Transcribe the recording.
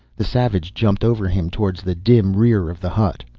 the savage jumped over him, towards the dim rear of the hut.